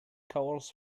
colors